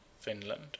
Finland